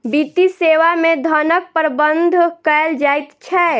वित्तीय सेवा मे धनक प्रबंध कयल जाइत छै